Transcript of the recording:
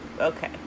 okay